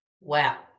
Wow